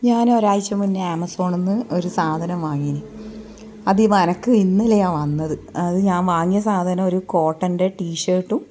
ഞാൻ ഒരാഴ്ച മുന്നേ ആമസോണ്ന്ന് ഒരു സാധനം വാങ്ങിന് അതെനിക്ക് ഇന്നലെയാണ് വന്നത് അത് ഞാൻ വാങ്ങിയ സാധനം ഒരു കോട്ടൺൻ്റെ ടീ ഷേർട്ടും